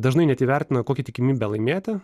dažnai net įvertina kokia tikimybė laimėti